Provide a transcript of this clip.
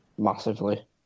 massively